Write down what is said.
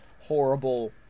horrible